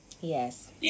Yes